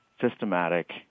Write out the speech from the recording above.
systematic